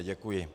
Děkuji.